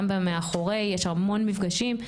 המון מפגשים.